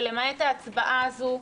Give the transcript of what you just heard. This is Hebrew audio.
ולמעט ההצבעה הזו,